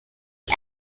you